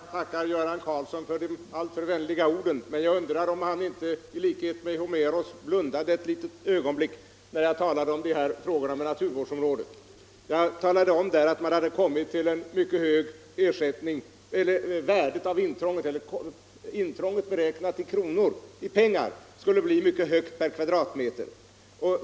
Herr talman! Jag tackar herr Göran Karlsson för de alltför vänliga orden. Men jag undrar om han inte, i likhet med Homeros, blundade ett litet ögonblick när jag talade om naturvårdsområden. Jag anförde att värdet av intrånget, beräknat i pengar, skulle bli mycket högt per kvadratmeter.